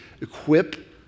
Equip